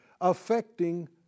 Affecting